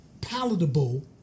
palatable